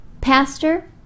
Pastor